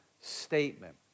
statement